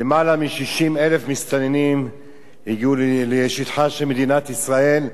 למעלה מ-60,000 מסתננים הגיעו לשטחה של מדינת ישראל.